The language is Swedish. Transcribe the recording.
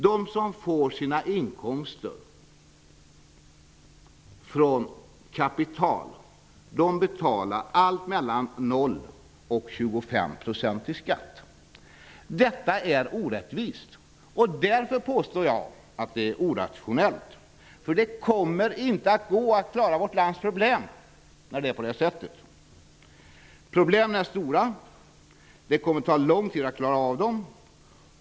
De som har inkomster av kapital betalar allt mellan 0 % och 25 % skatt. Detta är orättvist. Därför påstår jag att det här är orationellt. Det kommer nämligen inte att vara möjligt att klara vårt lands problem när det är på det här sättet. Problemen är stora. Det kommer att ta lång tid att klara av dem.